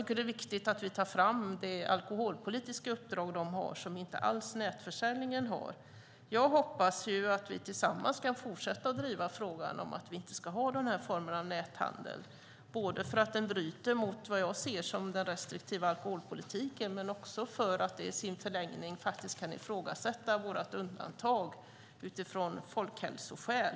Det är viktigt att vi tar fram det alkoholpolitiska uppdrag som Systembolaget har och som inte de företag som bedriver näthandel har. Jag hoppas att vi tillsammans kan fortsätta att driva frågan om att vi inte ska ha denna form av näthandel, både därför att den bryter mot det som jag ser som den restriktiva alkoholpolitiken och för att den i sin förlängning kan ifrågasätta vårt undantag utifrån folkhälsoskäl.